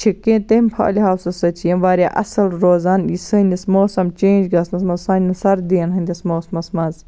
چھِ کینٛہہ تَمہِ پالہِ ہاوسہٕ سۭتۍ چھِ یِم واریاہ اَصٕل روزان یہِ سٲنِس موسم چینٛج گَژھنَس منٛز سانٮ۪ن سردیَن ہِنٛدِس موسمَس منٛز